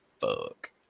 fuck